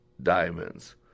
diamonds